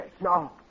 No